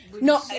No